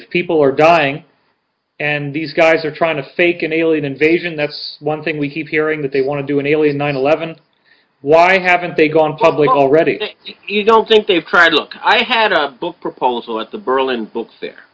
if people are dying and these guys are trying to fake an alien invasion that's one thing we keep hearing that they want to do an alien nine eleven why haven't they gone public already you don't think they've tried look i had a book proposal at the berlin book